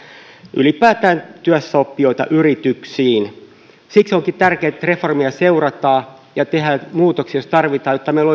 ylipäätään työssäoppijoita yrityksiin siksi onkin tärkeää että reformia seurataan ja tehdään muutoksia jos tarvitaan jotta meillä